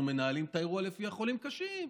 מנהלים את האירוע לפי החולים הקשים.